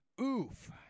Oof